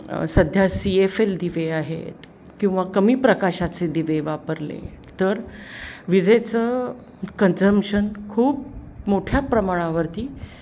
सध्या C F L दिवे आहेत किंवा कमी प्रकाशाचे दिवे वापरले तर विजेचं कन्झमशन खूप मोठ्या प्रमाणावरती